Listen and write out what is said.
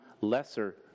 lesser